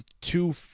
two